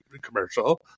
commercial